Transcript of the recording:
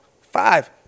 Five